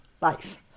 life